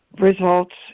results